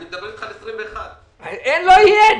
אני מדבר על 2021. לא יהיה,